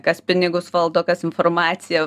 kas pinigus valdo kas informaciją